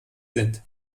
sind